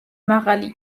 მაღალი